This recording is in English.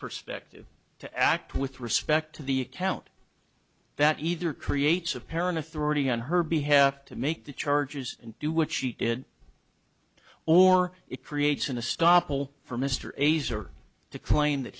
perspective to act with respect to the account that either creates apparent authority on her behalf to make the charges and do what she did or it creates an a stop hole for mr adie's or to claim that